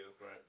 Right